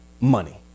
money